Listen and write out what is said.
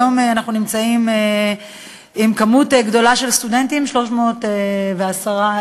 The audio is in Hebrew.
יש היום מספר גדול של סטודנטים, 310,000,